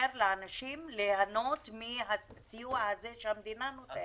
לאנשים ליהנות מן הסיוע הזה שהמדינה נותנת?